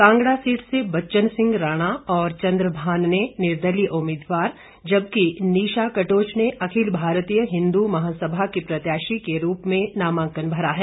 Kangra seat से बच्चन सिंह राणा और चंद्रभान ने निर्दलीय उम्मीदवार जबकि निशा कटोच ने अखिल भारतीय हिंदू महासभा के प्रत्याशी के रूप में नामांकन भरा है